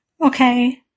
Okay